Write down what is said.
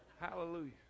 Hallelujah